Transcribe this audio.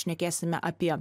šnekėsime apie